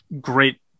Great